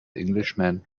englishman